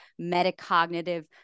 metacognitive